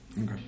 Okay